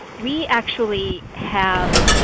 we actually have